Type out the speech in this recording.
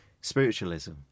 spiritualism